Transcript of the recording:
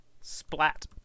Splat